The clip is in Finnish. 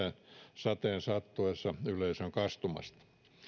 sateen sattuessa yleisöä kastumasta